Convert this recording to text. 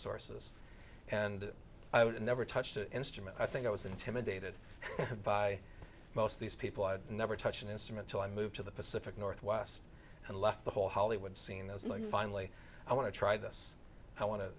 sources and i would never touch the instrument i think i was intimidated by most of these people i'd never touch an instrument so i moved to the pacific northwest and left the whole hollywood scene those money finally i want to try this i want to